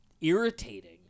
irritating